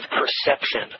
perception